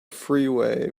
freeway